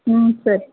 ಹ್ಞೂ ಸರಿ